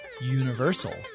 universal